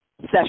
session